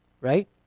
Right